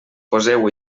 poseu